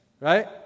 Right